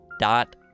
dot